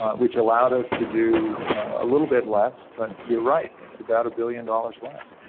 which allowed us to do a little bit less, but you're right, it's about a billion dollars less.